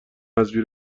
حذفی